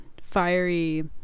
fiery